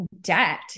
debt